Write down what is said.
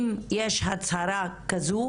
אם יש הצהרה כזו,